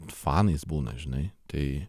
fanais būna žinai tai